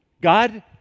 God